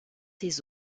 ses